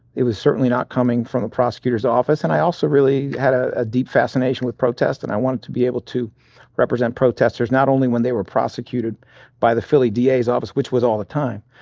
it was certainly not coming from the prosecutor's office. and i also really had a deep fascination with protest and i wanted to be able to represent protesters not only when they were prosecuted by the philly da's office, which was all the time,